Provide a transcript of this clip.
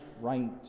right